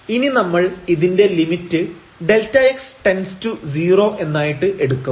ഇനി നമ്മൾ ഇതിന്റെ ലിമിറ്റ് Δx→0 എന്നായിട്ട് എടുക്കും